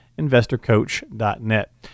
InvestorCoach.net